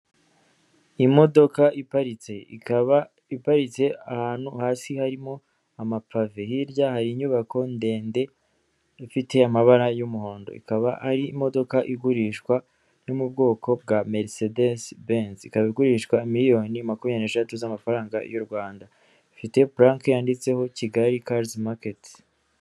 Imodoka iparitse ikaba iparitse ahantu hasi harimo amapave, hirya hari inyubako ndende ifite amabara y'umuhondo, ikaba ari imodoka igurishwa yo mu bwoko bwa Merisedesi benzi, ikaba igurishwa miliyoni makumyabiri n'eshatu z'amafaranga y'u Rwanda, ifite purake yanditseho Kigali karizi maketi.